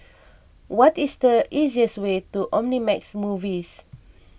what is the easiest way to Omnimax Movies